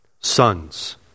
sons